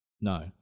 No